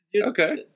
Okay